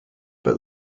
but